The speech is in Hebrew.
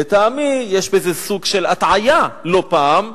לטעמי, יש בזה סוג של הטעיה לא פעם.